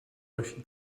naši